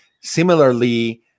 Similarly